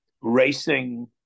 racing